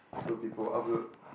so people upload